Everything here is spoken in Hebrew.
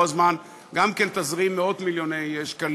הזמן גם כן תזרים מאות-מיליוני שקלים.